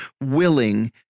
willing